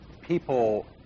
People